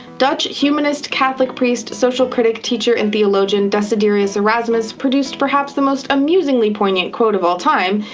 dutch humanist, catholic priest, social critic, teacher, and theologian desiderius erasmus produced perhaps the most amusingly poignant quote of all time,